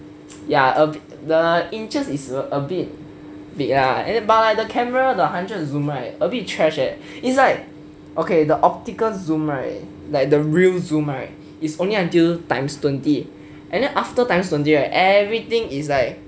ya the inches is a bit the ah but the camera 的 hundred zoom right a bit trash eh it's like okay the optical zoom right like the real zoom right is only until times twenty and then after times twenty right everything is like